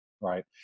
right